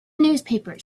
newspapers